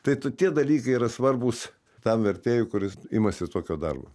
tai tu tie dalykai yra svarbūs tam vertėjui kuris imasi tokio darbo